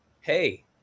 Hey